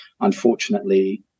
unfortunately